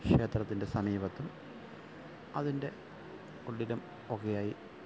ക്ഷേത്രത്തിന്റെ സമീപത്തും അതിന്റെ ഉള്ളിലും ഒക്കെയായി